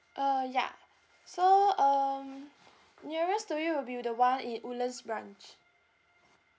uh ya so um nearest to you will be the one in woodlands branch